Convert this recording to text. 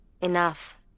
Enough